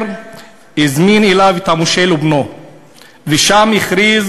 והוא הזמין אליו את המושל ובנו ושם הכריז